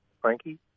Frankie